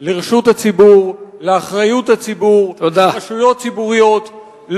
לרשות הציבור, לאחריות הציבור, לרשויות ציבוריות.